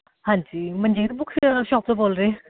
ਹਾਂਜੀ Manjeet book shop ਤੋਂ ਬੋਲ ਰਹੇ